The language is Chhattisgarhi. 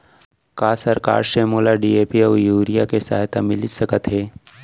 का सरकार से मोला डी.ए.पी अऊ यूरिया के सहायता मिलिस सकत हे?